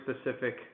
specific